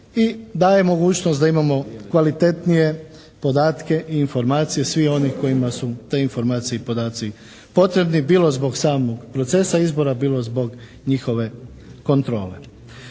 i daje mogućnost da imamo kvalitetnije podatke i informacije svih onih kojima su te informacije i podaci potrebni, bilo zbog samog procesa izbora, bilo zbog njihove kontrole.